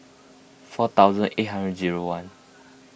four thousand eight hundred zero one